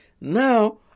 Now